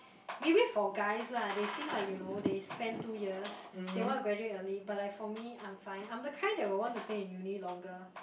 maybe for guys lah they think like you know they spent two years they want to graduate early but like for me I'm fine I'm the kind that would want to stay in uni longer